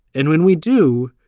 and when we do,